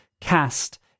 cast